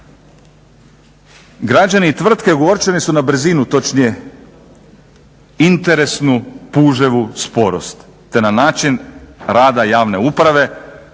Građani i tvrtke ogorčeni su na brzinu, točnije interesnu puževu sporost te na način rada javne uprave